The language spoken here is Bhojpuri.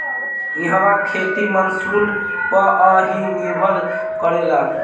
इहवा खेती मानसून पअ ही निर्भर करेला